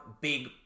big